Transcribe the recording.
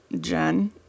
Jen